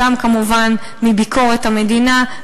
גם כמובן מביקורת המדינה,